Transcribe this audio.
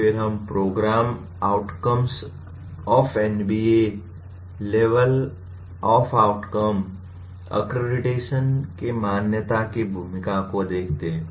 फिर हम program outcomes of NBA level of outcome accreditation की मान्यता की भूमिका को देखते हैं